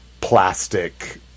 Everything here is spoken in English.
plastic